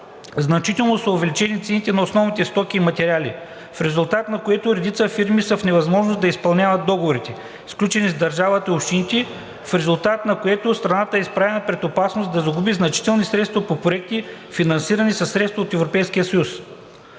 значително са увеличени цените на основни стоки и материали, в резултат на което редица фирми са в невъзможност да изпълняват договорите, сключени с държавата и общините, в резултат на което страната е изправена пред опасност да загуби значителни средства по проекти, финансирани със средства от Европейския съюз.